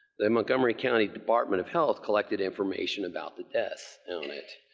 the montgomery county department of health collected information about the deaths on it.